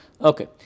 Okay